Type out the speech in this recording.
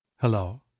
Hello